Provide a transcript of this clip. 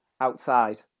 outside